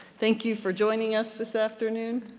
thank you for joining us this afternoon.